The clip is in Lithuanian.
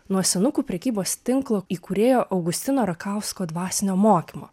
nuo senukų prekybos tinklo įkūrėjo augustino rakausko dvasinio mokymo